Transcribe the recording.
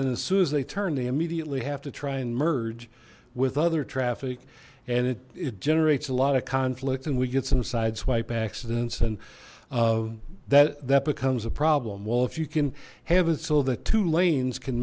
and as soon as they turn they immediately have to try and merge with other traffic and it generates a lot of conflict and we get some sideswipe accidents and that that becomes a problem well if you can have it so that two lanes can